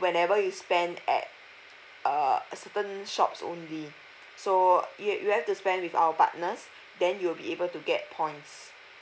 whenever you spend at a certain shops only so you you have to spend with our partners then you'll be able to get points